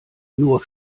nur